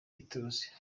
ituze